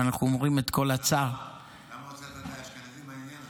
ואנחנו אומרים את כל --- למה הוצאת את האשכנזים מהעניין הזה?